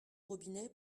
robinet